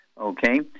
okay